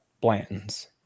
Blanton's